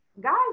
Guys